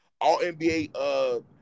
All-NBA